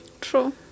True